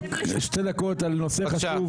שתי דקות על נושא חשוב.